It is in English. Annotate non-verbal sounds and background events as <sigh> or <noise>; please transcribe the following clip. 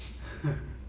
<laughs>